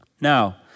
Now